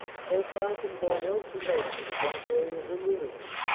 so far from going out to rest in a back area when relieved,